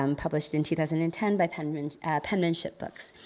um published in two thousand and ten by penmanship penmanship books.